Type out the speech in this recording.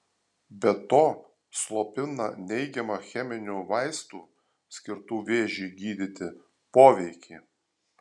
be to slopina neigiamą cheminių vaistų skirtų vėžiui gydyti poveikį